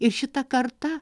ir šita karta